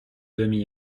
demi